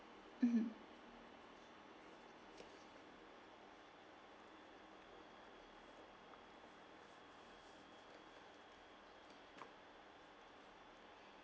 mmhmm